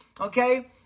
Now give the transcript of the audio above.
Okay